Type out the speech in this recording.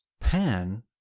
Pan